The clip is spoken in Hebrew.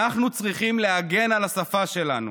אנחנו צריכים להגן על השפה שלנו.